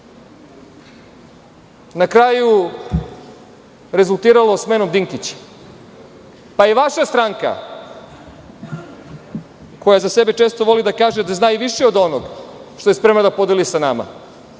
na kraju rezultiralo smenom Dinkića? Pa i vaša stranka koja za sebe često za sebe voli da kaže da zna i više od onog što je spremna da podeli sa nama,